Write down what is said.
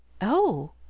Oh